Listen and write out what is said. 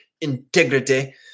integrity